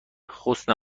حسن